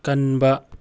ꯀꯟꯕ